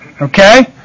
Okay